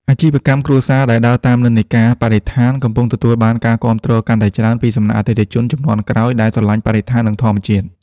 អាជីវកម្មគ្រួសារដែលដើរតាមនិន្នាការបរិស្ថាន កំពុងទទួលបានការគាំទ្រកាន់តែច្រើនពីសំណាក់អតិថិជនជំនាន់ក្រោយដែលស្រឡាញ់បរិស្ថាន និងធម្មជាតិ។